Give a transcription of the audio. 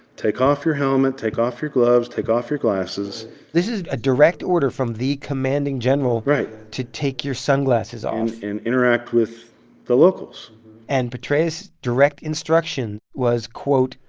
take off your helmet. take off your gloves. take off your glasses this is a direct order from the commanding general. right. to take your sunglasses off um and interact with the locals and petraeus' direct instruction was, quote.